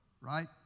right